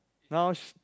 nows